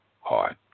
heart